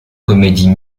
comédies